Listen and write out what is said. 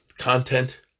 content